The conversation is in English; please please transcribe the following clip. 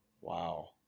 Wow